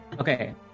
Okay